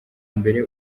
mbere